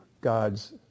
God's